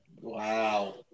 wow